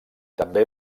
també